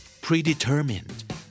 Predetermined